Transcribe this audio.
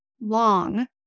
long